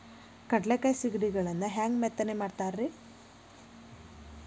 ಕಡಲೆಕಾಯಿ ಸಿಗಡಿಗಳನ್ನು ಹ್ಯಾಂಗ ಮೆತ್ತನೆ ಮಾಡ್ತಾರ ರೇ?